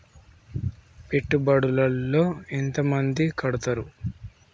పెట్టుబడుల లో ఎంత మంది కడుతరు?